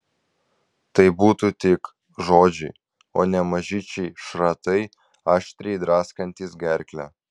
tai būtų tik žodžiai o ne mažyčiai šratai aštriai draskantys gerklę